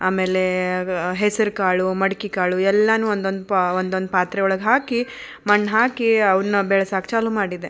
ಆಮೇಲೆ ಹೆಸರು ಕಾಳು ಮಡ್ಕೆ ಕಾಳು ಎಲ್ಲನೂ ಒಂದೊಂದು ಪಾ ಒಂದೊಂದು ಪಾತ್ರೆ ಒಳಗೆ ಹಾಕಿ ಮಣ್ಣು ಹಾಕಿ ಅವನ್ನು ಬೆಳಸೋಕೆ ಚಾಲೂ ಮಾಡಿದೆ